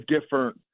different